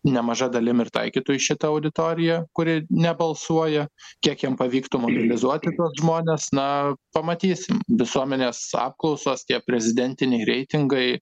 nemaža dalim ir taikytų į šitą auditoriją kuri nebalsuoja kiek jam pavyktų mobilizuoti tuos žmones na pamatysim visuomenės apklausos tie prezidentiniai reitingai